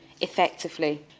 effectively